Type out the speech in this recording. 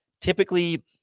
typically